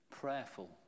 prayerful